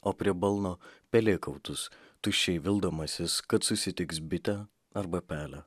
o prie balno pelėkautus tuščiai vildamasis kad susitiks bitę arba pelę